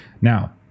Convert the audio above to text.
Now